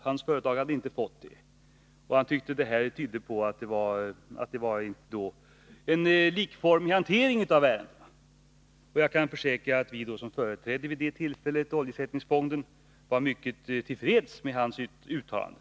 Han tyckte, att detta tydde på att det inte skedde en likformig hantering av ärendena. Jag kan försäkra att vi som vid det tillfället företrädde oljeersättningsfonden var mycket till freds med hans uttalande.